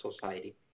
Society